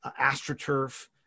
AstroTurf